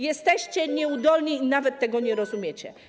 Jesteście nieudolni i nawet tego nie rozumiecie.